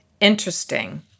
interesting